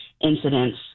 incidents